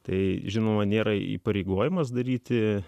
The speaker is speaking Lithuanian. tai žinoma nėra įpareigojamas daryti